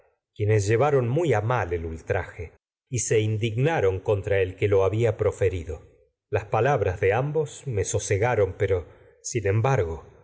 quienes lleva mal el ultraje y se indignaron contra el que por a muy lo había proferido las palabras de ambos me sosega ron pero sin embargo